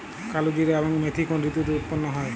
কালোজিরা এবং মেথি কোন ঋতুতে উৎপন্ন হয়?